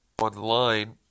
online